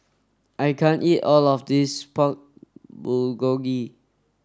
I can't eat all of this Pork Bulgogi